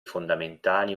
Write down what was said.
fondamentali